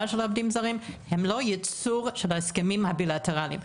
של העובדים הזרים הם לא יצור שבהסכמים הבילטרליים,